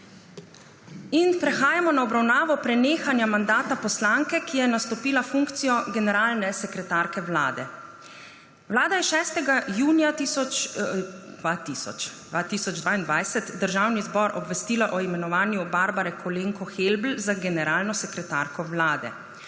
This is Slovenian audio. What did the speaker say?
Prehajamo na obravnavo prenehanja mandata poslanke, ki je nastopila funkcijo generalne sekretarke Vlade. Vlada je 6. junija 2022 Državni zbor obvestila o imenovanju Barbare Kolenko Helbl za generalno sekretarko Vlade.